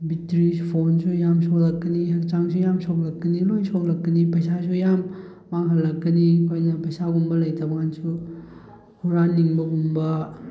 ꯕꯦꯇ꯭ꯔꯤꯁꯨ ꯐꯣꯟꯁꯨ ꯌꯥꯝ ꯁꯣꯛꯂꯛꯀꯅꯤ ꯍꯛꯆꯥꯡꯁꯨ ꯌꯥꯝ ꯁꯣꯛꯂꯛꯀꯅꯤ ꯂꯣꯏꯅ ꯁꯣꯛꯂꯛꯀꯅꯤ ꯄꯩꯁꯥꯁꯨ ꯌꯥꯝ ꯃꯥꯡꯍꯜꯂꯛꯀꯅꯤ ꯑꯩꯈꯣꯏꯅ ꯄꯩꯁꯥꯒꯨꯝꯕ ꯂꯩꯇꯕꯀꯥꯟꯁꯨ ꯍꯨꯔꯥꯟꯅꯤꯡꯕꯒꯨꯝꯕ